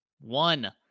one